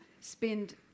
spend